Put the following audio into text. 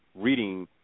reading